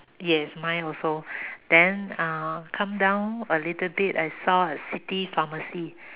yes mine also then uh come down a little bit I saw a city pharmacy